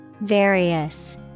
Various